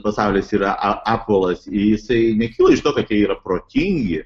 pasaulis yra a apvalas ir jisai nekyla iš to kad jie yra protingi